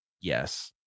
Yes